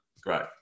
great